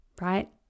right